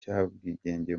cy’ubwigenge